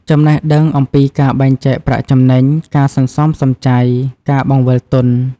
ចំណេះដឹងអំពីការបែងចែកប្រាក់ចំណេញ ការសន្សំសំចៃ ការបង្វិលទុន។